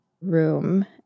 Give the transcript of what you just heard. room